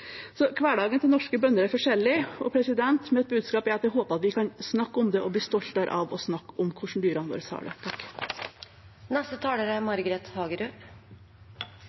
Hverdagen til norske bønder er forskjellig, og mitt budskap er at jeg håper at vi kan snakke om det og bli stoltere av å snakke om hvordan dyrene våre